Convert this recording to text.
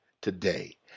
today